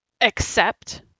accept